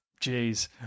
Jeez